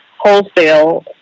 wholesale